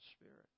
spirit